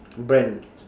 brand